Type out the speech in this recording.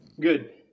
good